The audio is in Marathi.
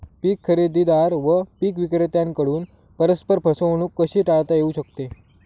पीक खरेदीदार व पीक विक्रेत्यांकडून परस्पर फसवणूक कशी टाळता येऊ शकते?